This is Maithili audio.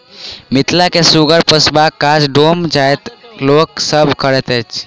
मिथिला मे सुगर पोसबाक काज डोम जाइतक लोक सभ करैत छैथ